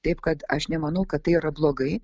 taip kad aš nemanau kad tai yra blogai